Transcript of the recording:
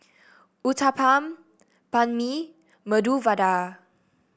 Uthapam Banh Mi Medu Vada